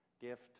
gift